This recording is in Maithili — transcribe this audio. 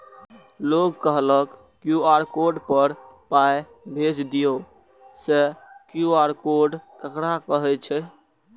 लोग कहलक क्यू.आर कोड पर पाय भेज दियौ से क्यू.आर कोड ककरा कहै छै?